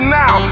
now